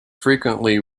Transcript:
frequently